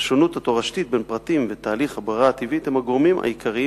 השונות התורשתית בין פרטים ותהליך הברירה הטבעית הם הגורמים העיקריים